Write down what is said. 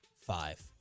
five